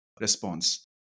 response